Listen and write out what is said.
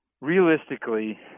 realistically